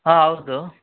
ಹಾಂ ಹೌದು